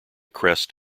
crest